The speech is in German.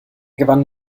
gewann